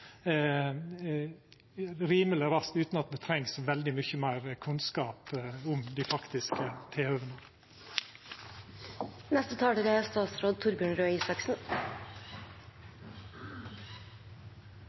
rimeleg raskt, utan at me treng så veldig mykje meir kunnskap om dei faktiske tilhøva. Det er